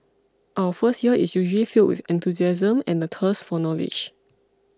our first year is usually filled with enthusiasm and the thirst for knowledge